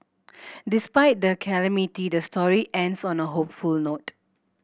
despite the calamity the story ends on a hopeful note